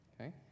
Okay